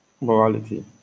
morality